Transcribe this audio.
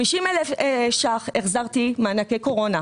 50,000 החזרתי, מענקי קורונה.